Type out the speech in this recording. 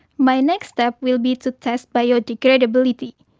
my next step will be to test biodegradability,